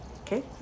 okay